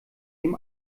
dem